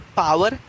power